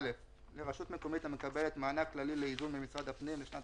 (א)לרשות מקומית המקבלת מענק כללי לאיזון ממשרד הפנים לשנת